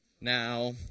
Now